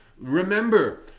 Remember